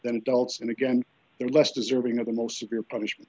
than adults and again they're less deserving of the most severe punishment